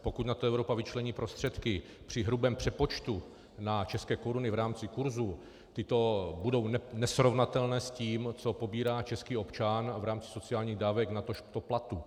Pokud na to Evropa vyčlení prostředky, při hrubém přepočtu na české koruny v rámci kurzu tyto budou nesrovnatelné s tím, co pobírá český občan v rámci sociálních dávek, natož platu.